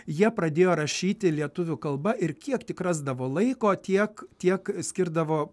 jie pradėjo rašyti lietuvių kalba ir kiek tik rasdavo laiko tiek tiek skirdavo